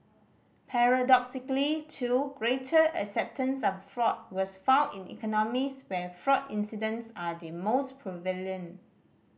paradoxically too greater acceptance of fraud was found in economies where fraud incidents are the most prevalent